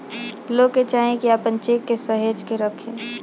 लोग के चाही की आपन चेक के सहेज के रखे